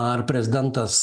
ar prezidentas